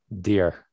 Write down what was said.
dear